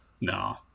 No